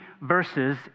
verses